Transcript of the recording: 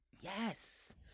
Yes